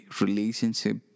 relationship